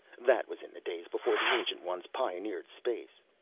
that was in the days before the ancient ones pioneered space.